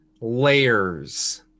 layers